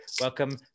welcome